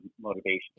motivation